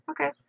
okay